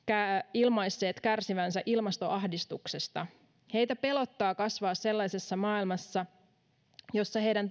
ilmaisseet kärsivänsä ilmastoahdistuksesta heitä pelottaa kasvaa sellaisessa maailmassa jossa heidän